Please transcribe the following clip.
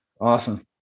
Awesome